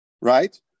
right